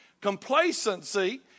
Complacency